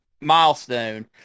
milestone